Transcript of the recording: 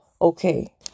Okay